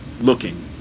looking